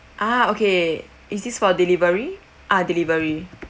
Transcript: ah okay is this for delivery ah delivery